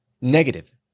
Negative